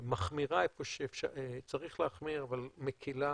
שמחמירה איפה שצריך להחמיר, אבל מקילה